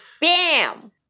Bam